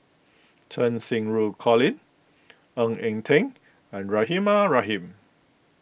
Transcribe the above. Cheng Xinru Colin Ng Eng Teng and Rahimah Rahim